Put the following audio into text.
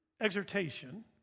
exhortation